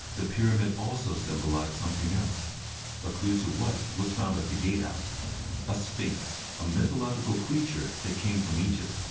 the pyramid also symbolized something else a clue to what was found at the gate house a sphinx, a mythological creature that came from egypt.